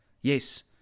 Yes